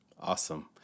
Awesome